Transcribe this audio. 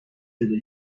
بده